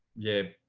yeah,